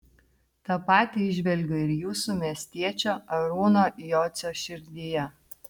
tą patį įžvelgiu ir jūsų miestiečio arūno jocio širdyje